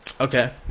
okay